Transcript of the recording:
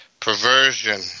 Perversion